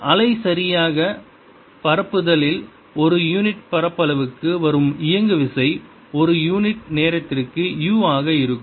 அலை சரியாக பிரதிபலித்தால் ஒரு யூனிட் பரப்பளவுக்கு வரும் இயங்குவிசை ஒரு யூனிட் நேரத்திற்கு u ஆக இருக்கும்